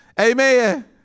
Amen